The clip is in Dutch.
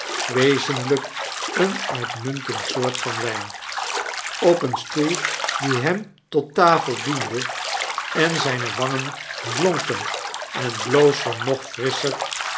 wezenlyk een uitmuntend soort van wyn op een stoel die hem tot tafel diende en zyne wangen blonken en bloosden nog frisscher